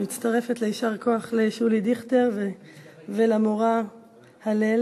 אני מצטרפת ל"יישר כוח" לשולי דיכטר ולמורָה הַלֵל,